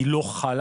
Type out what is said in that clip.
היא לא חלה,